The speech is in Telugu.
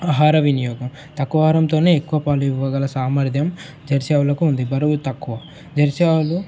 ఆహార వినియోగం తక్కువ ఆహారంతోనే ఎక్కువ పాలు ఇవ్వగల సామర్థ్యం జెర్సీ ఆవులకు ఉంది బరువు తక్కువ జెర్సీ ఆవులు